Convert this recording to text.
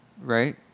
right